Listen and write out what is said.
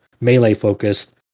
melee-focused